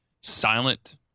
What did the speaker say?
silent